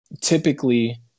typically